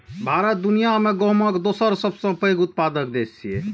भारत दुनिया मे गहूमक दोसर सबसं पैघ उत्पादक देश छियै